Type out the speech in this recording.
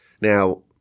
Now